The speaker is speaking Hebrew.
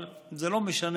אבל זה לא משנה,